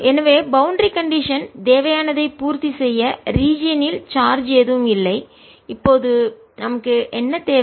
எனவே boundary condition தேவையானதை பூர்த்தி செய்ய ரீஜியன் இல் சார்ஜ் ஏதும் இல்லைஇப்போது நமக்கு என்ன தேவை